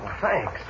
thanks